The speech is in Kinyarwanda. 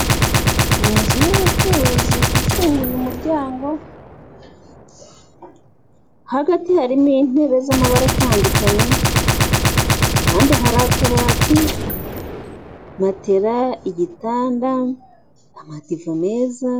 NI inzu y'ubucuruzi ifunguye umuryango hagati harimo intebe z'amabara atandukanye ku ruhande hari akabati, matela, igitanda, amadiva meza.